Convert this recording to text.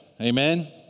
amen